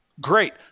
Great